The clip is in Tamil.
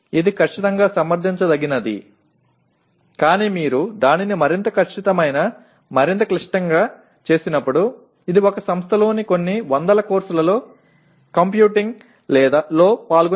ஆனால் ஒரே விஷயம் என்னவென்றால் நீங்கள் அதை மிகவும் துல்லியமாகவும் சிக்கலாகவும் செய்யும்போது ஒரு கல்வி நிறுவனத்தில் சில நூறு படிப்புகளில் கணக்கிடுவதில் உள்ள முயற்சி அது மதிப்புள்ளதா இல்லையா என்பதைப் பார்க்க வேண்டும்